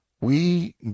We